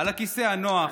על הכיסא הנוח.